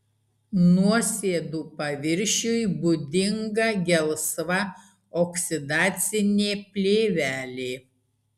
nuosėdų paviršiui būdinga gelsva oksidacinė plėvelė